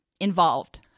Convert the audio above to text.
involved